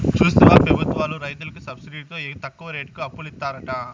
చూస్తివా పెబుత్వాలు రైతులకి సబ్సిడితో తక్కువ రేటుకి అప్పులిత్తారట